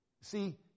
See